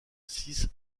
six